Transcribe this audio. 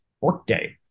workday